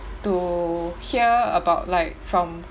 to hear about like from